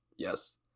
Yes